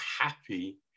happy